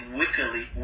wickedly